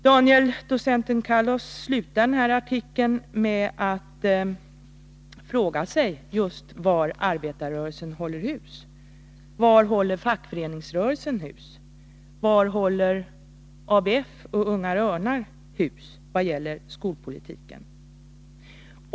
Docent Daniel Kallos slutar sin artikel med att fråga var arbetarrörelsen, fackföreningsrörelsen, ABF och Unga Örnar håller hus vad gäller skolpolitiken.